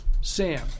Sam